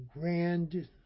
grand